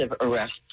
arrests